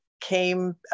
came